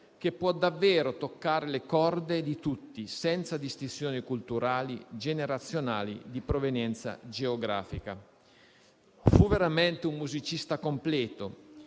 che può davvero toccare le corde di tutti, senza distinzioni culturali, generazionali o di provenienza geografica. Fu veramente un musicista completo: